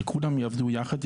שכולם יעבדו יחד,